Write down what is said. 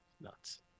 Nuts